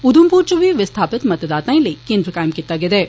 उधमपुर च बी विस्थापित मतदाताए लेई केन्द्र कायम कीता गेदा ऐ